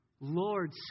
Lord